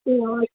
ए हजुर